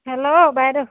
hello বাইদেউ